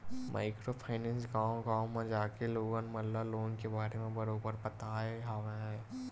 micro finance गाँव गाँव म जाके लोगन मन ल लोन के बारे म बरोबर बताय हवय